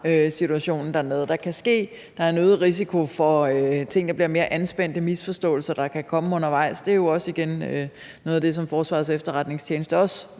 situationen dernede. Der kan ske det, at der er en øget risiko for, at tingene bliver mere anspændte, at der kan opstå misforståelser undervejs. Det er jo også noget af det, som Forsvarets Efterretningstjeneste